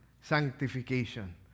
sanctification